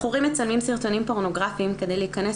בחורים מצלמים סרטונים פורנוגרפיים כדי להיכנס